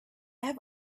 have